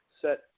set